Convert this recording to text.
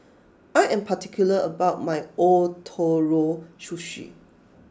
I am particular about my Ootoro Sushi